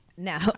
Now